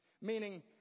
Meaning